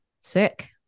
sick